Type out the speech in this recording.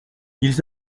ils